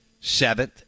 seventh